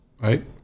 Right